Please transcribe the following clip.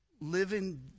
living